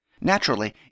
Naturally